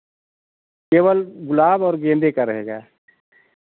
केवल गुलाब और गेंदे का रहेगा